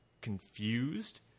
confused